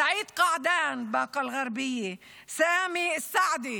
סעיד קעדאן מבאקה אל-גרבייה: סאמי אל-סעדי מלוד,